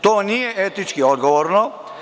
To nije etički odgovorno.